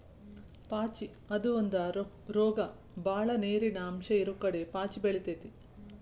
ಪಾಚಿ ಅದು ಒಂದ ರೋಗ ಬಾಳ ನೇರಿನ ಅಂಶ ಇರುಕಡೆ ಪಾಚಿ ಬೆಳಿತೆತಿ